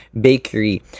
bakery